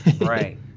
Right